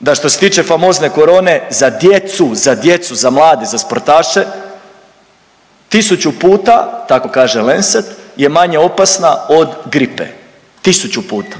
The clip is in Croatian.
da što se tiče famozne korone za djecu, za djecu, za mlade, za sportaše tisuću puta tako kaže Lense je manje opasna od gripe, tisuću puta,